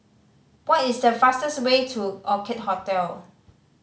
what is the fastest way to Orchid Hotel